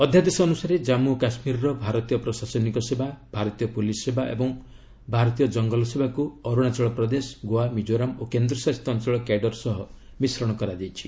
ଅଧ୍ୟାଦେଶ ଅନୁସାରେ ଜାମ୍ମୁ ଓ କାଶ୍ମୀରର ଭାରତୀୟ ପ୍ରଶାସନିକ ସେବା ଭାରତୀୟ ପୁଲିସ୍ ସେବା ଏବଂ ଭାରତୀୟ ଜଙ୍ଗଲ ସେବାକୁ ଅରୁଣାଚଳପ୍ରଦେଶ ଗୋଆ ମିଜୋରାମ ଓ କେନ୍ଦ୍ରଶାସିତ ଅଞ୍ଚଳ କ୍ୟାଡର ସହ ମିଶ୍ରଣ କରାଯାଇଛି